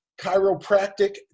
chiropractic